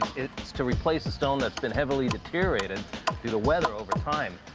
it's to replace a stone that's been heavily deteriorated due to weather over time.